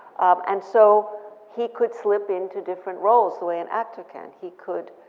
and so he could slip into different roles the way an actor can. he could